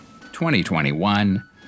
2021